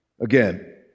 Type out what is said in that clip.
Again